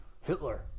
Hitler